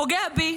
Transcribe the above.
פוגע בי